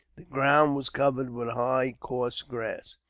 the ground was covered with high, coarse grass.